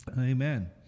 Amen